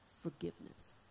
forgiveness